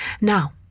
Now